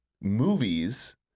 movies